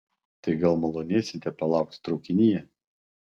tai gal malonėsite palaukti traukinyje